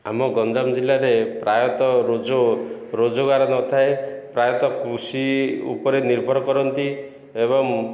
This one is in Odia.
ଆମ ଗଞ୍ଜାମ ଜିଲ୍ଲାରେ ପ୍ରାୟତଃ ରୋଜ ରୋଜଗାର ନଥାଏ ପ୍ରାୟତଃ କୃଷି ଉପରେ ନିର୍ଭର କରନ୍ତି ଏବଂ